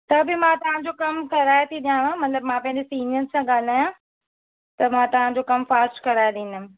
त बि मां तव्हां जो कमु कराए थी ॾियांव मतिलब मां पंहिंजे सिनियर्स सां ॻाल्हायां त मां तव्हां जो कमु पास कराए ॾींदमि